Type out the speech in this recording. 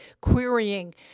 querying